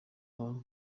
nka